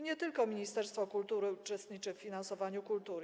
Nie tylko ministerstwo kultury uczestniczy w finansowaniu kultury.